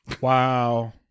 Wow